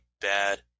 bad